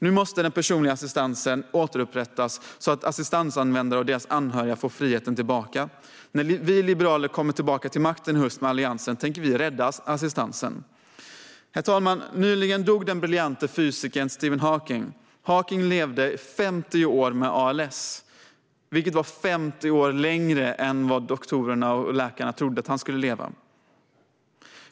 Nu måste den personliga assistansen återupprättas så att assistansanvändare och deras anhöriga får friheten tillbaka. När vi liberaler kommer tillbaka till makten i höst med Alliansen tänker vi rädda assistansen. Ny lag om bostads-anpassningsbidrag Herr talman! Nyligen dog den briljante fysikern Stephen Hawking. Han levde 50 år med ALS, vilket var 50 år längre än vad läkarna trodde.